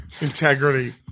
Integrity